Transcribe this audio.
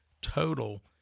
total